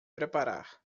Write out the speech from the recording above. preparar